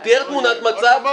הוא תיאר תמונת מצב,